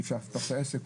אי אפשר לפתוח את העסק.